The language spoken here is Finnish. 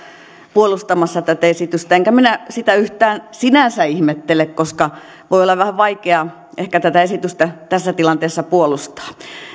puolustamassa tätä esitystä enkä minä sitä yhtään sinänsä ihmettele koska voi ehkä olla vähän vaikeaa tätä esitystä tässä tilanteessa puolustaa